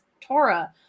Torah